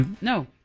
no